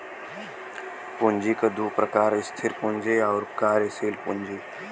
पूँजी क दू प्रकार स्थिर पूँजी आउर कार्यशील पूँजी